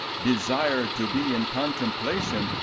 desire to be in contemplation,